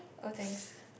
oh thanks